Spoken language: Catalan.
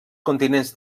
continents